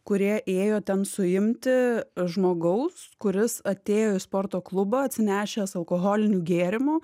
kurie ėjo ten suimti žmogaus kuris atėjo į sporto klubą atsinešęs alkoholinių gėrimų